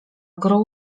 grą